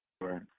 Right